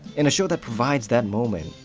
and a show that provides that moment,